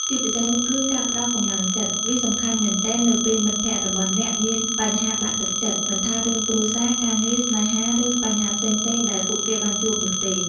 ជាពិសេសនោះគឺ ការផ្ដល់កម្លាំងចិត្ត វាសំខាន់មែនទែននៅពេលមិត្តភក្ដិរបស់អ្នកមានបញ្ហាបាក់ទឹកចិត្ត មិនថារឿងគ្រួសារ ការងារ ស្នេហា ឬបញ្ហាផ្សេងៗដែរពួកគេបានជួបនោះទេ។